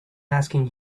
asking